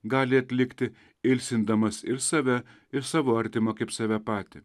gali atlikti ilsindamas ir save ir savo artimą kaip save patį